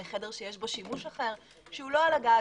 מחדר שיש בו שימוש אחר שהוא לא על הגג,